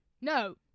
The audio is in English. No